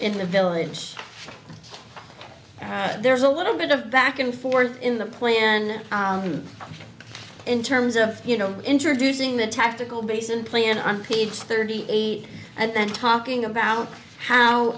in the village there's a little bit of back and forth in the plan and in terms of you know introducing the tactical basin plan on page thirty eight and then talking about